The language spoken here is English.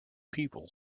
people